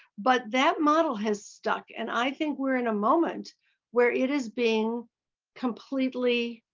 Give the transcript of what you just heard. but that model has stuck and i think we're in a moment where it is being completely